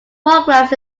programs